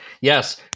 Yes